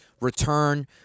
return